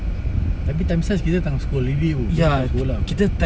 tapi time SARS kita tengah school review kita tak datang sekolah pun